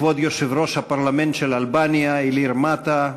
כבוד יושב-ראש הפרלמנט של אלבניה איליר מטה,